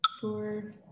four